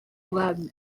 loudness